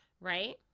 right